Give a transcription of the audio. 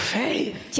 faith